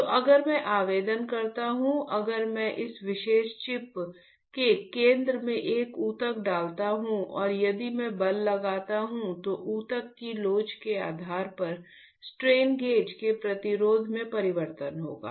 तो अगर मैं आवेदन करता हूँ अगर मैं इस विशेष चिप के केंद्र में एक ऊतक डालता हूं और यदि मैं बल लगाता हूं तो ऊतक की लोच के आधार पर स्ट्रेन गेज के प्रतिरोध में परिवर्तन होगा